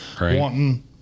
wanting